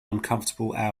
uncomfortable